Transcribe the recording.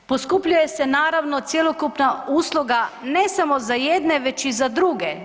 Poskupljuje se naravno cjelokupna usluga ne samo za jedne, već i za druge.